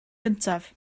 gyntaf